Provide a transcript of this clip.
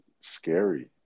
scary